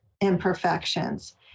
imperfections